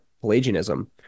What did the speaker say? Pelagianism